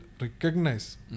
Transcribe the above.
recognize